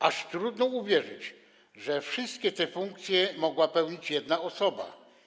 Aż trudno uwierzyć, że wszystkie te funkcje mogła pełnić jedna osoba.